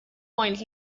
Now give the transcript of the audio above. points